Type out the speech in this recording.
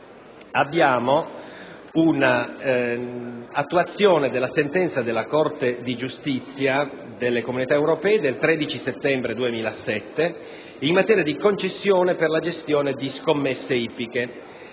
previsto in attuazione della sentenza della Corte di giustizia delle Comunità europee del 13 settembre 2007 in materia di concessione per la gestione di scommesse ippiche.